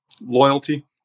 Loyalty